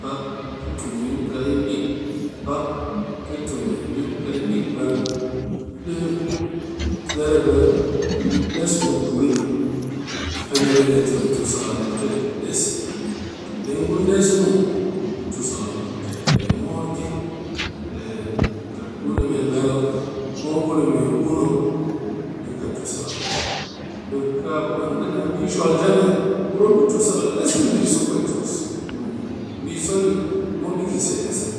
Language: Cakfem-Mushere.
Pak ka tu bi ku kai ndick, pak ka tu me bi ku kai dick vel di der a ka des muk tul ni ani ɗi le tu sakal tet des tul ni, katdeng ngun des tul ni muw be tu sakal muk ɗi tet a moor kek pe kat ngun a me vel kek ok ko kun ok be ka ku an kɨ na bi shwal ta nde, ngurum mop ɗi tu sakal des ka biso pwet biso ni mop dɨ set a set